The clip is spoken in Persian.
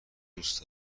دوست